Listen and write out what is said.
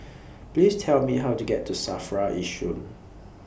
Please Tell Me How to get to SAFRA Yishun